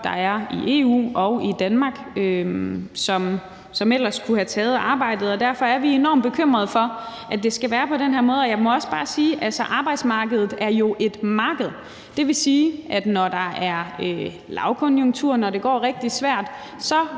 der er i EU og i Danmark, og som ellers kunne have taget arbejdet, og derfor er vi enormt bekymrede for, at det skal være på den her måde, og jeg må også bare sige: Arbejdsmarkedet er jo et marked, og det vil sige, at når der er lavkonjunktur, og når det er rigtig svært at